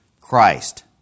Christ